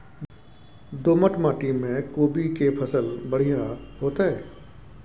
दोमट माटी में कोबी के फसल बढ़ीया होतय?